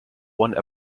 one